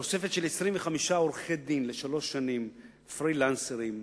תוספת של 25 עורכי-דין לשלוש שנים, פרילנסרים,